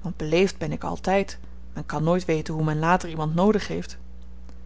want beleefd ben ik altyd men kan nooit weten hoe men later iemand noodig heeft